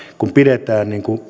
paikassa pidetään